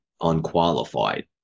unqualified